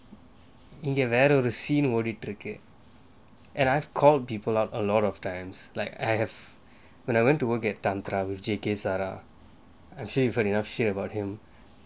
இங்க வேற ஒரு:inga vera oru scene ஓடிட்டிருக்கு:otittirukku and I've called people out a lot of times like I have when I went to work at tantra with J_K sara actually I have even enough shit about him